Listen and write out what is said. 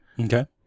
Okay